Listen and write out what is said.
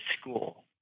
school